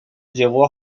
llegó